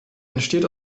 entsteht